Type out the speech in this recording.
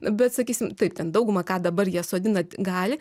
bet sakysim taip ten daugumą ką dabar jie sodina gali